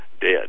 dead